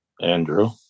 Andrew